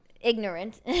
ignorant